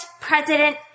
president